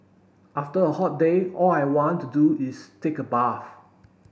after a hot day all I want to do is take a bath